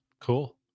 Cool